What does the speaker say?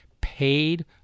paid